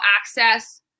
access